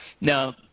Now